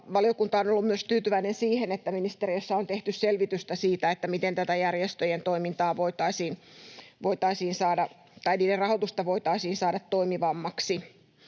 Valiokunta on ollut myös tyytyväinen siihen, että ministeriössä on tehty selvitystä siitä, miten tätä järjestöjen rahoitusta voitaisiin saada toimivammaksi.